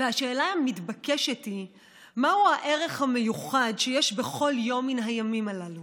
והשאלה המתבקשת היא מהו הערך המיוחד שיש בכל יום מן הימים הללו